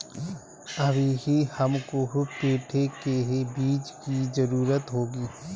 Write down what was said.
अभी हमको पेठे के बीज की जरूरत होगी